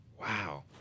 Wow